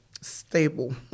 stable